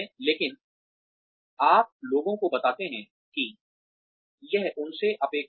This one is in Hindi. लेकिन आप लोगों को बताते हैं कि यह उनसे अपेक्षित है